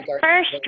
first